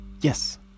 Yes